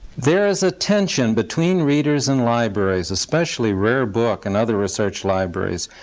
there is a tension between readers and libraries, especially rare book and other research libraries,